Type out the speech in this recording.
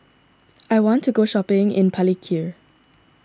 I want to go shopping in Palikir